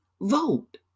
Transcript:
vote